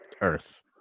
earth